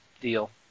deal